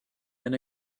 and